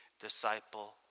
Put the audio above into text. disciple